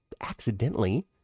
accidentally